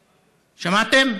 שמעתם?